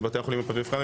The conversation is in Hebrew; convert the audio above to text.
לבתי החולים הפריפריים,